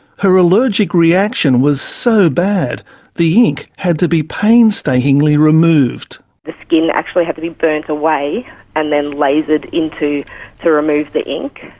her allergic reaction was so bad the ink had to be painstakingly removed. the skin actually had to be burnt away and then lasered into to remove the ink.